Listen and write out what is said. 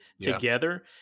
together